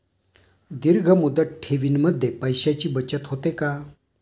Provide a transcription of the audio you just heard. दीर्घ मुदत ठेवीमध्ये पैशांची बचत होते का?